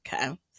okay